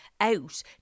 out